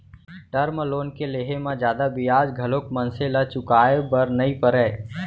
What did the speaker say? term loan के लेहे म जादा बियाज घलोक मनसे ल चुकाय बर नइ परय